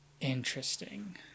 interesting